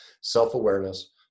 self-awareness